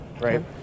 right